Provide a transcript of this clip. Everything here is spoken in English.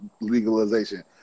legalization